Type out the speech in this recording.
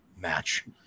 match